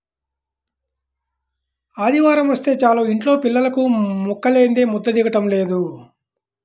ఆదివారమొస్తే చాలు యింట్లో పిల్లలకు ముక్కలేందే ముద్ద దిగటం లేదు